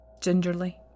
gingerly